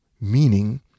meaning